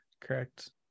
correct